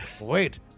Wait